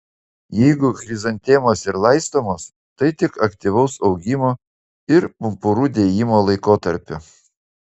jeigu chrizantemos ir laistomos tai tik aktyvaus augimo ir pumpurų dėjimo laikotarpiu